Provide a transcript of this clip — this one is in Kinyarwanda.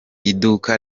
iduka